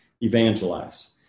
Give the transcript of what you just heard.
evangelize